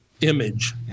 image